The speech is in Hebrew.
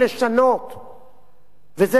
וזה דבר חשוב לדמוקרטיה.